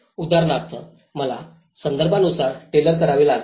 आणि उदाहरणार्थ मला संदर्भानुसार टेलर करावे लागेल